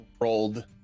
rolled